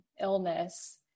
illness